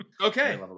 okay